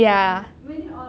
ya